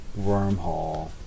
wormhole